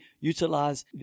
utilize